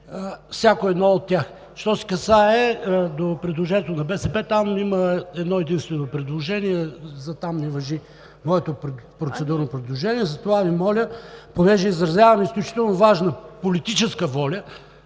всяко едно от тях. Що се касае до предложението на БСП, там има едно единствено предложение, за там не важи моето процедурно предложение. Затова Ви моля, понеже изразявам изключително важна политическа воля,